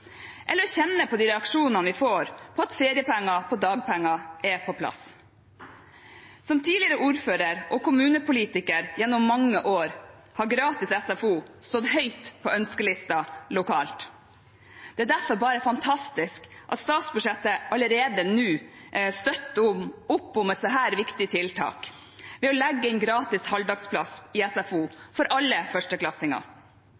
eller av å kjenne på de reaksjonene vi får på at feriepenger på dagpenger er på plass. Som tidligere ordfører og kommunepolitiker gjennom mange år har gratis SFO stått høyt på ønskelisten lokalt. Det er derfor bare fantastisk at statsbudsjettet allerede nå støtter opp om et så viktig tiltak ved å legge inn gratis halvdagsplass i